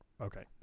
okay